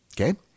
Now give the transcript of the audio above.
Okay